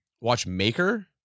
watchmaker